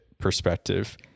perspective